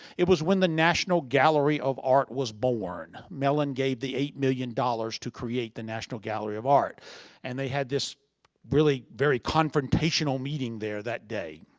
it was when the national gallery of art was born. mellon gave the eight million dollars to create the national gallery of art and they had this really, very confrontational meeting there that day.